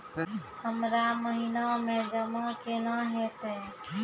हमरा महिना मे जमा केना हेतै?